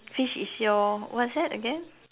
fish is your what's that again